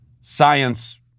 Science